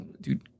dude